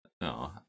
No